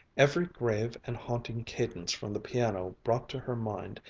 every grave and haunting cadence from the piano brought to her mind,